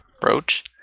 brooch